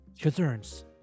concerns